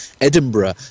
Edinburgh